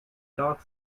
dark